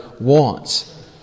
wants